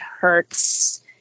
hurts